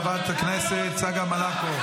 חבר הכנסת גלעד קריב,